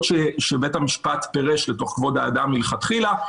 שבית המשפט פירש לתוך כבוד האדם מלכתחילה,